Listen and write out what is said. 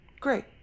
Great